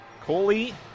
Coley